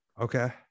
Okay